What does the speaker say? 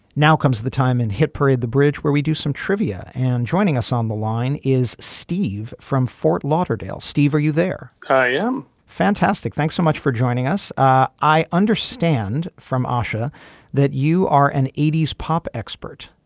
now comes the time and hit parade the bridge where we do some trivia. and joining us on the line is steve from fort lauderdale steve. are you there. i am fantastic thanks so much for joining us. i i understand from asha that you are an eighty s pop expert.